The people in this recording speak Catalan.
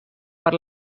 per